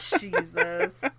Jesus